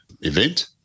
event